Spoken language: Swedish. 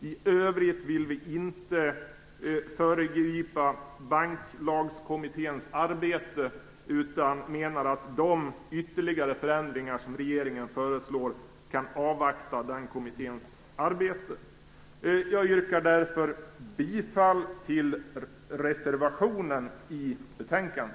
I övrigt vill vi inte föregripa Banklagskommitténs arbete. Vi anser att man kan avvakta med de ytterligare förändringar som regeringen föreslår till dess att kommitténs arbete är färdigt. Jag yrkar därför bifall till reservationen i betänkandet.